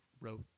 wrote